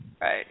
right